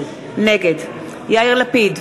נגד יאיר לפיד,